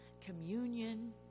communion